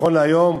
נכון להיום,